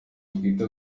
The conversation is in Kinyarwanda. twita